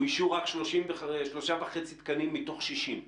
אוישו רק שלושה וחצי תקנים מתוך 60?